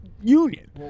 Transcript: union